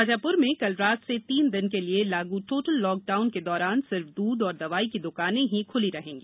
शाजापुर में कल रात से तीन दिन के लिए लागू टोटल लॉकडाउन के दौरान सिर्फ दूध और दवाई की दुकान ही खुली रहेंगी